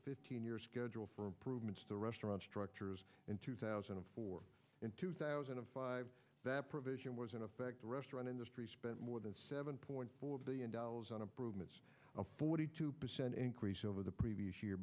fifteen years schedule for improvements to restaurant structures in two thousand and four in two thousand and five that provision was in effect the restaurant industry spent more than seven point four billion dollars on a broom it's a forty two percent increase over the previous year